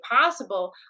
possible